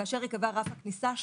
כאשר ייקבע רף הכניסה,